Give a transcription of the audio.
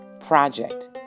project